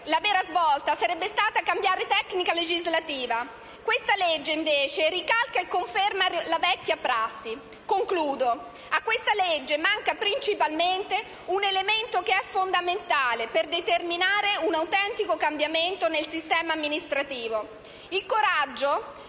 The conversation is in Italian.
la vera svolta sarebbe stata cambiare tecnica legislativa, ma questa legge ricalca e conferma la vecchia prassi. In conclusione, a questa legge manca principalmente un elemento fondamentale per determinare un autentico cambiamento del nostro sistema amministrativo: il coraggio